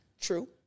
True